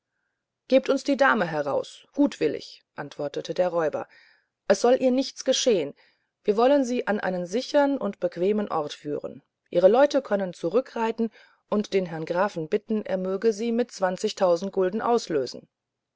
gebt uns die dame heraus gutwillig antwortete der räuber es soll ihr nichts geschehen wir wollen sie an einen sichern und bequemen ort führen ihre leute können zurückreiten und den herrn grafen bitten er möge sie mit zwanzigtausend gulden auslösen